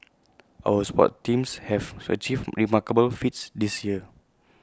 our sports teams have achieved remarkable feats this year